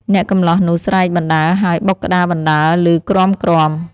អ្នកកម្លោះនោះស្រែកបណ្ដើរហើយបុកក្តារបណ្ដើរឮគ្រាំៗ។